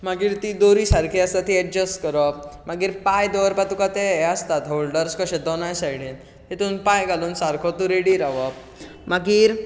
मागीर ती दोरी सारकी आसा ती अडजस्ट करप मागीर पांय दवरपाक तुका ते हें आसता होल्डर्स कशें दोनाय सायडीन तेतूंत पांय घालून सारको तूं रेडी रावप मागीर